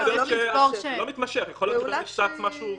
לא מתמשך, יכול להיות שצץ משהו חדש.